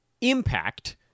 impact